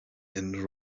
and